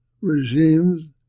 regimes